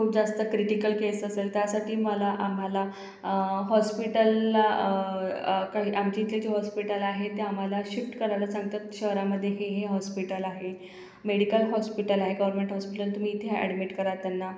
खूप जास्त critical case असेल त्यासाठी मला आम्हाला हॉस्पिटलला काही आमच्या इथले जे हॉस्पिटल आहे ते आम्हाला शिफ्ट करायला सांगतात शहरामध्ये की हे हॉस्पिटल आहे मेडिकल हॉस्पिटल आहे गरमेंट हॉस्पिटल तुम्ही इथे अॅडमिट करा त्यांना